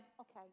okay